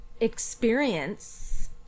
experience